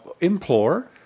Implore